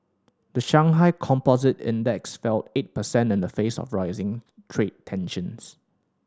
the Shanghai Composite Index fell eight percent in the face of rising trade tensions